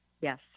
Yes